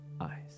eyes